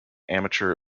amateur